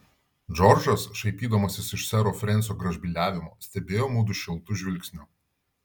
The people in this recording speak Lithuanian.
džordžas šaipydamasis iš sero frensio gražbyliavimo stebėjo mudu šiltu žvilgsniu